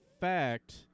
fact